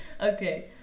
okay